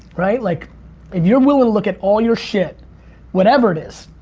right like if you're willing to look at all your shit whatever it is.